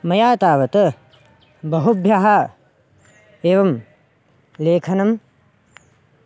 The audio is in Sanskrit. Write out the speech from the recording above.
मया तावत् बहुभ्यः एवं लेखनं